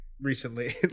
recently